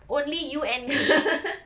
only you and me